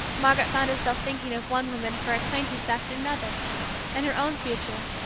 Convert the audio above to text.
margaret found herself thinking of one woman of her acquaintance after another and her own future,